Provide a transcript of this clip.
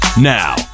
Now